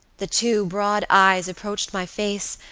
the two broad eyes approached my face,